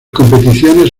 competiciones